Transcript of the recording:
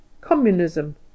Communism